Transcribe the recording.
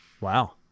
Wow